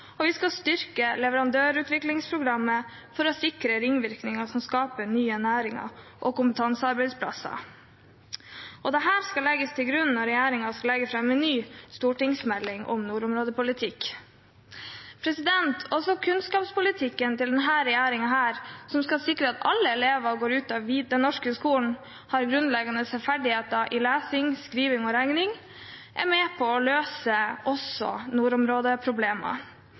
og vi skal styrke leverandørutviklingsprogrammet for å sikre ringvirkninger som skaper nye næringer og kompetansearbeidsplasser. Dette skal legges til grunn når regjeringen skal legge fram en ny stortingsmelding om nordområdepolitikk. Også kunnskapspolitikken til denne regjeringen, som skal sikre at alle elever som går ut av den norske skolen, har grunnleggende ferdigheter i lesing, skriving og regning, er med på å løse